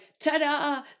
ta-da